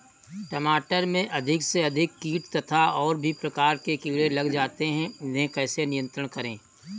टमाटर में अधिक से अधिक कीट तथा और भी प्रकार के कीड़े लग जाते हैं इन्हें कैसे नियंत्रण करें?